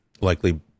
likely